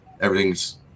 everything's